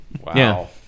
Wow